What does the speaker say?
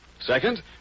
Second